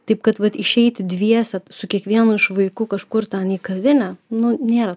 taip kad vat išeiti dviese su kiekvienu iš vaikų kažkur ten į kavinę nu nėra